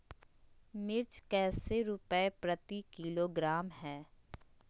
मिर्च कैसे रुपए प्रति किलोग्राम है?